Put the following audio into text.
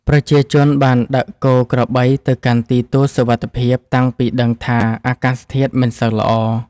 ប្រជាជនបានដឹកគោក្របីទៅកាន់ទីទួលសុវត្ថិភាពតាំងពីដឹងថាអាកាសធាតុមិនសូវល្អ។